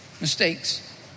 mistakes